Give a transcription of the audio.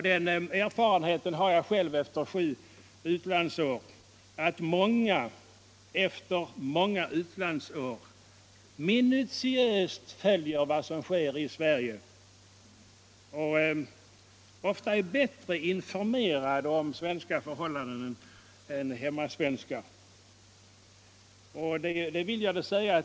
Den erfarenheten har jag själv efter sju utlandsår att många efter många år i utlandet minutiöst följer vad som sker i Sverige och ofta är bättre informerade om svenska förhållanden än hemmasvenskar.